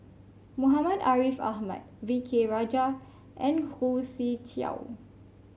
Muhammad Ariff Ahmad V K Rajah and Khoo Swee Chiow